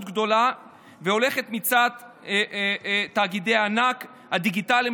גדלה והולכת מצד תאגידי הענק הדיגיטליים,